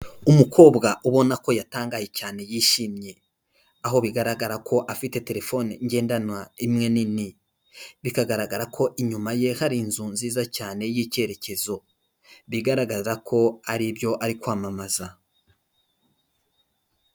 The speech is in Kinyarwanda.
Umukobwa ubonako yatangaye cyane yishimye, aho bigaragara ko afite telefone ngendanwa imwe nini, bikagaragara ko inyuma ye hari inzu nziza cyane y'icyerekezo, bigaragaza ko aribyo ari kwamamaza.